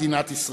מדינת ישראל.